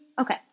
okay